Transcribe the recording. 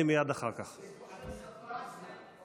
חברים: קודם כול תנמיכו טוס גם אתם, וקצת צניעות.